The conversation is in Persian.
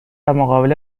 مقابل